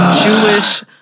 Jewish